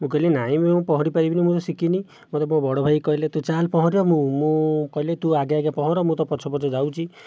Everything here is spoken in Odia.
ମୁଁ କହିଲି ନାହିଁ ମୁଁ ପହଁରିପାରିବିନାହିଁ ମୁଁ ତ ଶିଖିନାହିଁ ମୋତେ ମୋ' ବଡ଼ ଭାଇ କହିଲେ ତୁ ଚାଲ୍ ପହଁରିବା ମୁଁ ମୁଁ କହିଲି ତୁ ଆଗେ ଆଗେ ପହଁର ମୁଁ ତୋ' ପଛେ ପଛେ ଯାଉଛି